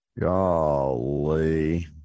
Golly